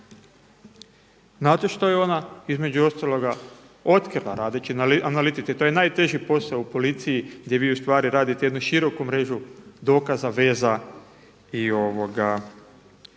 Znate što je ona između ostaloga otkrila radeći na analitici? To je najteži posao u policiji gdje vi u stvari radite jednu široku mrežu dokaza, veza i